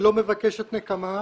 שלא מבקשת נקמה,